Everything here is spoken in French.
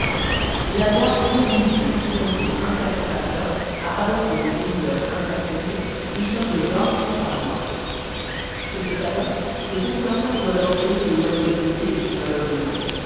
la loi oblige le créancier incarcérateur à avancer au débiteur incarcéré une somme de fr par mois sur cette avance le consommateur doit d'abord payer le loyer de son lit et de son ameublement